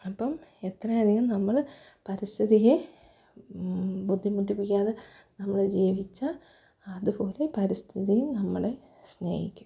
അപ്പോള് എത്ര അധികം നമ്മള് പരിസ്ഥിതിയെ ബുദ്ധിമുട്ടിപ്പിക്കാതെ നമ്മള് ജീവിച്ചാല് അതുപോലെ പരിസ്ഥിതിയും നമ്മളെ സ്നേഹിക്കും